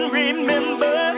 remember